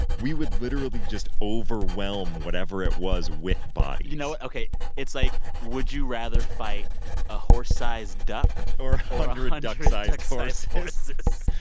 we would literally just overwhelm whatever it was with bodies you know what? ok. it's like, would you rather fight a horse-sized duck. or one hundred duck-sized horses. or